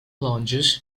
launches